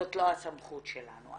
זאת לא הסמכות שלנו.